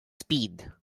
speed